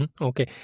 okay